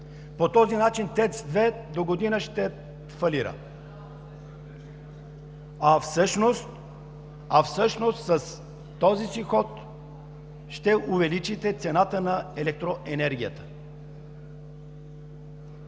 по този начин ТЕЦ-2 догодина ще фалира, а всъщност с този си ход ще увеличите цената на електроенергията.